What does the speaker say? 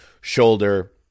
shoulder